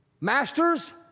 masters